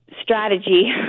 strategy